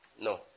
No